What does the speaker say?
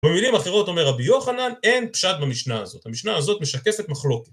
במילים אחרות אומר רבי יוחנן אין פשט במשנה הזאת, המשנה הזאת משקפת מחלוקת.